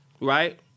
right